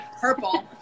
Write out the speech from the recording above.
Purple